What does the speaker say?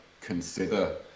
consider